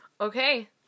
Okay